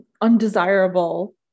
undesirable